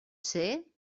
ser